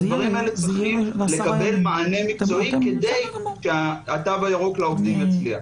הדברים האלה צריכים לקבל מענה מקצועי כדי שהתו הירוק לעובדים יצליח.